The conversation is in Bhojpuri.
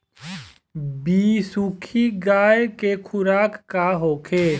बिसुखी गाय के खुराक का होखे?